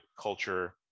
culture